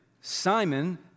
Simon